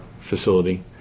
facility